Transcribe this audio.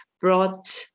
brought